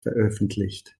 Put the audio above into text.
veröffentlicht